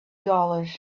dollars